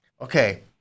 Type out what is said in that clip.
Okay